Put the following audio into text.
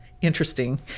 interesting